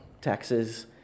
taxes